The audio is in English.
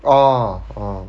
orh orh